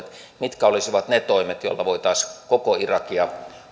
mitkä olisivat ne toimet joilla voitaisiin koko irakia